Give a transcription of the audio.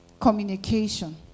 Communication